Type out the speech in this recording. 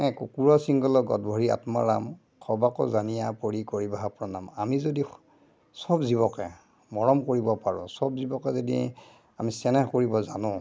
কুকুৰ শৃংগাল গৰ্দ্দভৰি আত্মৰাম সবাক জানিয়া পৰি কৰিবাহা প্ৰণাম আমি যদি চব জীৱকে মৰম কৰিব পাৰোঁ চব জীৱকে যদি আমি চেনেহ কৰিব জানো